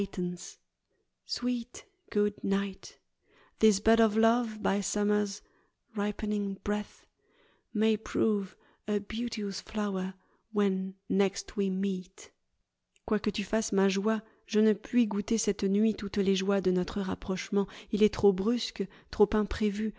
quoique tu fasses ma joie je ne puis goûter cette nuit toutes les jo es de notre rapprochement il est trop brusque trop imprévu